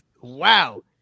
wow